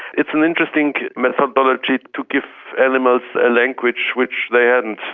it's an interesting methodology, to give animals a language which they hadn't.